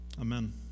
Amen